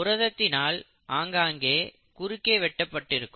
புரதத்தினால் ஆங்காங்கே குறுக்கே வெட்டப்பட்டிருக்கும்